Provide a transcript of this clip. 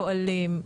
פועלים,